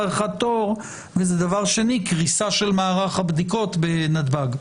אחד תור ודבר שני קריסה של מערך הבדיקות בנתב"ג.